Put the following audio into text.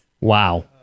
Wow